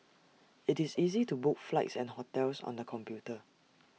it's easy to book flights and hotels on the computer